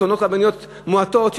או טוענות רבניות מועטות,